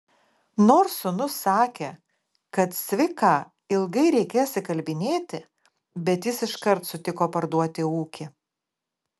nors sūnus sakė kad cviką ilgai reikės įkalbinėti bet jis iškart sutiko parduoti ūkį